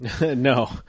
no